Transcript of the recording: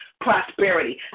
prosperity